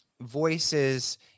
voices